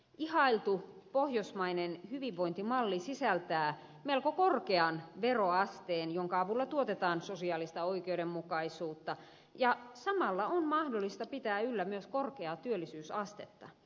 ihailtu pohjoismainen hyvinvointimalli sisältää melko korkean veroasteen jonka avulla tuotetaan sosiaalista oikeudenmukaisuutta ja samalla on mahdollista pitää yllä myös korkeaa työllisyysastetta